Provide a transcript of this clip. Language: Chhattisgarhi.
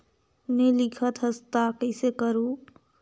नी लिखत हस ता कइसे करू?